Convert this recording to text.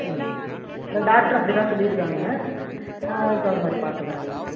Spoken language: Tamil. ம் இல்லை டாக்டர் அப்படி தான் சொல்லிருக்காங்க ஆ அதுக்கு தகுந்த மாதிரி பார்த்துக்கறங்க